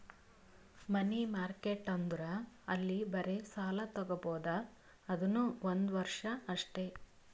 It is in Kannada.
ಮನಿ ಮಾರ್ಕೆಟ್ ಅಂದುರ್ ಅಲ್ಲಿ ಬರೇ ಸಾಲ ತಾಗೊಬೋದ್ ಅದುನೂ ಒಂದ್ ವರ್ಷ ಅಷ್ಟೇ